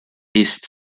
east